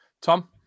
Tom